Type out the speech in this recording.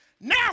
Now